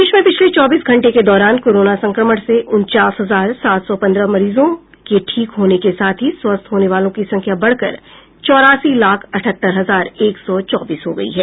देश में पिछले चौबीस घंटे के दौरान कोरोना संक्रमण से उनचास हजार सात सौ पन्द्रह मरीजों के ठीक होने के साथ ही स्वस्थ होने वालों की संख्या बढ़ कर चौरासी लाख अठहत्तर हजार एक सौ चौबीस हो गयी है